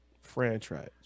franchise